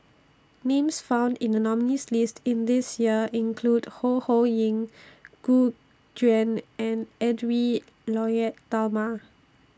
Names found in The nominees' list This Year include Ho Ho Ying Gu Juan and Edwy Lyonet Talma